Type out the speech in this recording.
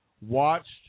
watched